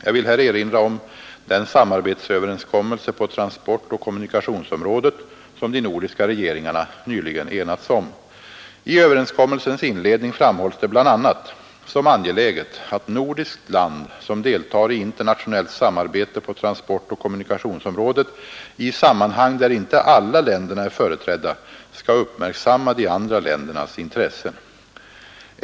Jag vill här erinra om den samarbetsöverenskommelse på transportoch kommunikationsområdet som de nordiska regeringarna nyligen enats om. I överenskommelsens inledning framhålls det bl.a. som angeläget att nordiskt land, som deltar i internationellt samarbete på transportoch kommunikationsområdet i sammanhang där inte alla länderna är företrädda, skall uppmärksamma de andra ländernas intressen.